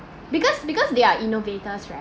because because they are innovators right